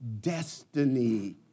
destiny